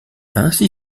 ainsi